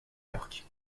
york